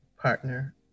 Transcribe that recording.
partner